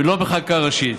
ולא בחקיקה ראשית,